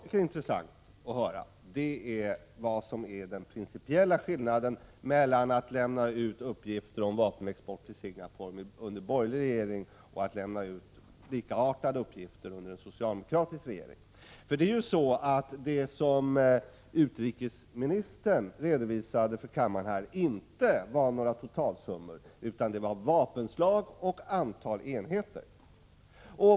Herr talman! Även jag känner naturligtvis till att nämnda kommission har tillsatts. Men vad jag tycker vore intressant att höra är vad som är den principiella skillnaden mellan att lämna ut uppgifter om vapenexporten till Singapore under en borgerlig regering och att lämna ut likartade uppgifter om exporten under en socialdemokratisk regering. Vad utrikesministern redovisade för kammaren var ju inte några totalsummor utan det var vapenslag och antal enheter.